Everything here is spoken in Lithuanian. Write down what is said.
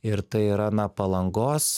ir tai yra na palangos